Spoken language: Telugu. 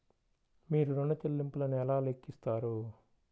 మీరు ఋణ ల్లింపులను ఎలా లెక్కిస్తారు?